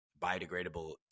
biodegradable